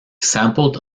sampled